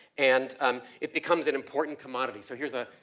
and um it becomes an important commodity. so here's a,